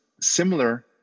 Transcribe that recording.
similar